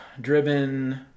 driven